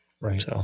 Right